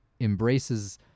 embraces